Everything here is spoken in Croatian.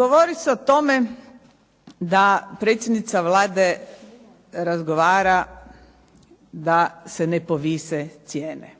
Govori se o tome da predsjednica Vlade razgovara da se ne povise cijene,